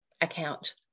account